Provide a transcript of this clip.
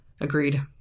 Agreed